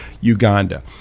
Uganda